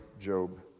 Job